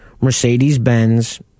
Mercedes-Benz